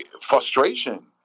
frustration